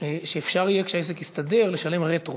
שאפשר יהיה כשהעסק יסתדר לשלם רטרו,